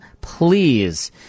please